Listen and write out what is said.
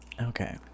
Okay